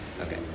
Okay